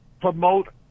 promote